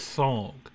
song